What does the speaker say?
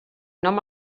nom